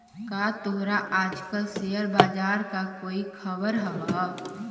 का तोहरा आज कल शेयर बाजार का कोई खबर हवअ